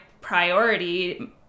priority